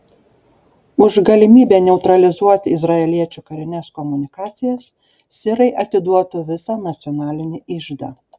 už galimybę neutralizuoti izraeliečių karines komunikacijas sirai atiduotų visą nacionalinį iždą